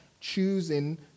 choosing